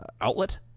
outlet